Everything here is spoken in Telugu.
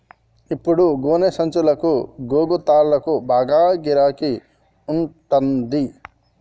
ఇప్పుడు గోనె సంచులకు, గోగు తాళ్లకు బాగా గిరాకి ఉంటంది